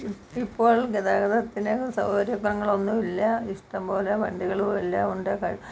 ഇപ്പോൾ ഗതാഗതത്തിന് അസൗകര്യങ്ങൾ ഒന്നുമില്ല ഇഷ്ടം പോലെ വണ്ടികളും എല്ലാമുണ്ട്